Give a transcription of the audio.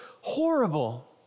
horrible